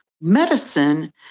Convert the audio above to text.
medicine